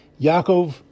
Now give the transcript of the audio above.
Yaakov